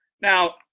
Now